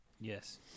Yes